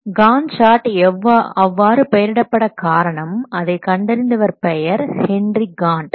00lll0 Gantt chart அவ்வாறு பெயரிடப் காரணம் அதை கண்டறிந்தவர் பெயர் ஹென்றி காண்ட்